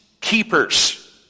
keepers